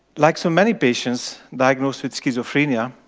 like so many patients diagnosed with schizophrenia,